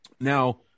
Now